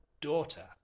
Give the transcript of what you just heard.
daughter